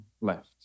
left